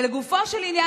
ולגופו של עניין,